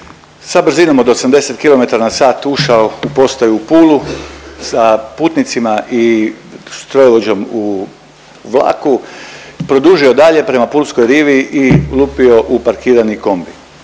sa brzinom od 80 km/h ušao u postaju u Pulu sa putnicima i strojovođom u vlaku, produžio dalje prema pulskoj rivi i lupio u parkirani kombi.